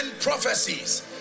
prophecies